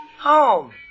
Home